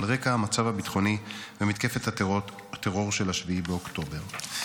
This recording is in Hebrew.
רקע המצב הביטחוני ומתקפת הטרור של 7 באוקטובר.